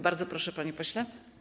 Bardzo proszę, panie pośle.